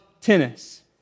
tennis